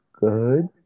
good